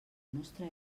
nostra